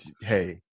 Hey